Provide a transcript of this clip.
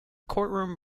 courtroom